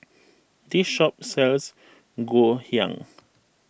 this shop sells Ngoh Hiang